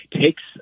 takes